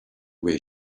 way